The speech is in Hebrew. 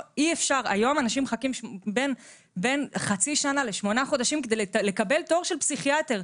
היום אנשים מחכים בין חצי שנה לשמונה חודשים כדי לקבל תור של פסיכיאטר.